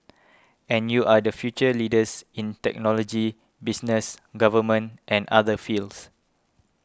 and you are the future leaders in technology business government and other fields